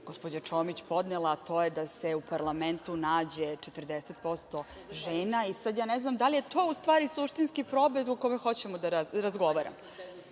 gospođa Čomić podnela, a to je da se u parlamentu nađe 40% žena. Sada ja ne znam da li je to u stvari suštinski problem o kome hoćemo da razgovaramo?